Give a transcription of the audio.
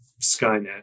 Skynet